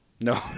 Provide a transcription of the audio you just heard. No